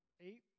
Eight